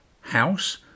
house